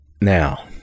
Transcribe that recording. Now